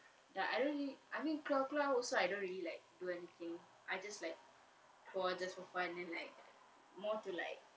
dah I don't really I mean keluar keluar also I don't really like do anything I just like keluar just for fun then like more to like